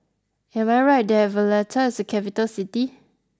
am I right that Valletta is a capital city